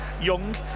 Young